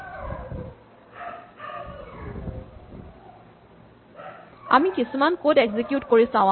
আমি কিছুমান code execute কৰি চাওঁ আহা